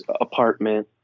apartment